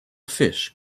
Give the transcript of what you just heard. fish